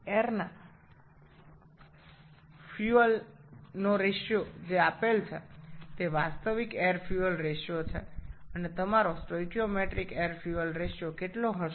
এখানে বায়ু ও জ্বালানী অনুপাত যা দেওয়া আছে তা প্রকৃত বায়ু ও জ্বালানী অনুপাত এবং আপনার স্টোচিওমেট্রিক বায়ু জ্বালানির অনুপাত কত হবে